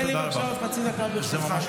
תן לי בבקשה עוד חצי דקה, ברשותך.